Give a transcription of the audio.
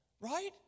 right